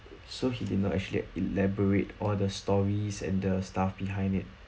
so he did not actually elaborate all the stories and the stuff behind it